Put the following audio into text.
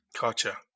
Gotcha